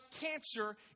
cancer